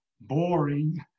boring